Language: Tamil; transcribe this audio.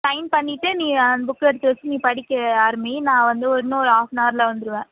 சைன் பண்ணிவிட்டு நீ அந்த புக்கை எடுத்து வச்சு நீ படிக்க ஆரம்பி நான் வந்து இன்னும் ஒரு ஹாஃபனவரில் வந்துருவேன்